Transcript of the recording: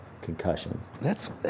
concussions